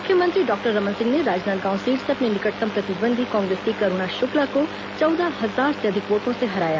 मुख्यमंत्री डॉक्टर रमन सिंह ने राजनांदगांव सीट से अपने निकटतम प्रतिद्वंदी कांग्रेस की करूणा शुक्ला को चौदह हजार से अधिक वोटों से हराया